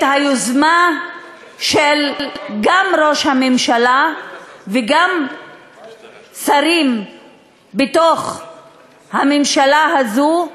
היוזמה גם של ראש הממשלה וגם של שרים בתוך הממשלה הזו,